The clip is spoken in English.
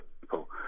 people